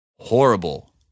Horrible